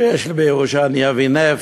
שיש לי בירושה, אני אביא נפט,